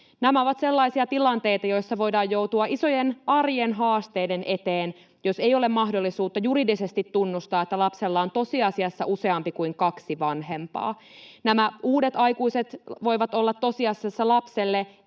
Nämä ovat sellaisia tilanteita, joissa voidaan joutua isojen arjen haasteiden eteen, jos ei ole mahdollisuutta juridisesti tunnustaa, että lapsella on tosiasiassa useampi kuin kaksi vanhempaa. Nämä uudet aikuiset voivat olla tosiasiassa lapselle